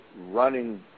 running